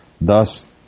thus